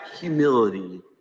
humility